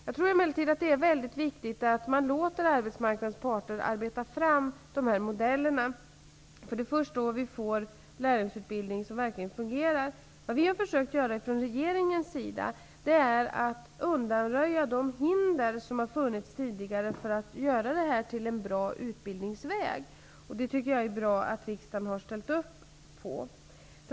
Jag tror emellertid att det är mycket viktigt att man låter arbetsmarknadens parter arbeta fram dessa modeller. Det är först då som vi får lärlingsutbildning som verkligen fungerar. Vad vi från regeringens sida har försökt att göra är att undanröja de hinder som har funnits tidigare för att göra detta till en bra utbildningsväg. Det tycker jag är bra att riksdagen har ställt sig bakom.